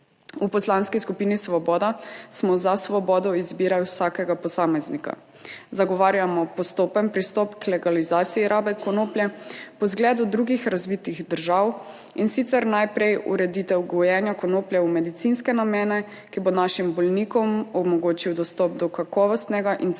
V Poslanski skupini Svoboda smo za svobodo izbire vsakega posameznika. Zagovarjamo postopen pristop k legalizaciji rabe konoplje po zgledu drugih razvitih držav, in sicer najprej ureditev gojenja konoplje v medicinske namene, ki bo našim bolnikom omogočil dostop do kakovostnega in cenovno